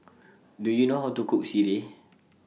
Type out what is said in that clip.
Do YOU know How to Cook Sireh